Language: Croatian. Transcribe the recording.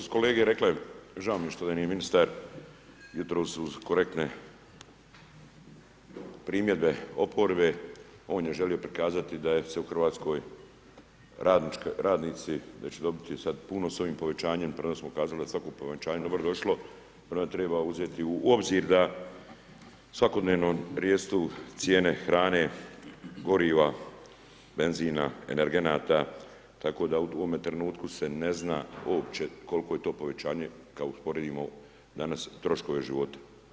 Kao što su kolege rekle, žao mi je što ovdje nije ministar, jutros uz korektne primjedbe oporbe on je želio prikazati da je se u Hrvatskoj radnici, da će dobiti sad puno s ovim povećanjem, prije smo kazali da svako povećanje dobro došlo, prvo treba uzeti u obzir da svakodnevno rastu cijene hrane, goriva, benzina, energenata, tako da u ovome trenutku se ne zna uopće koliko je to povećanje kad usporedimo danas troškove života.